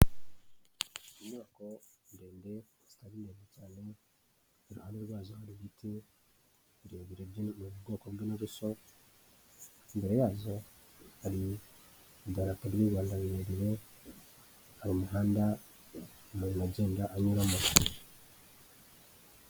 Inyubako ndende ikamenye cyane mu iruhande rwazo hari igiti birebire by'ubwoko bw'inturusu, imbere yazo hari idarapo ry'u Rwanda rirerire, imbere yaryo hari umuhanda umuntu agenda anyuramo.